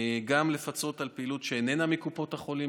גם פיצוי על פעילות שאיננה מקופות החולים,